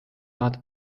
saada